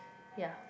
ya